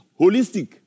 holistic